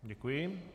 Děkuji.